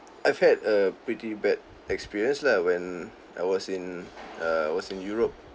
I've had a pretty bad experience lah when I was in err was in europe